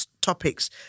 topics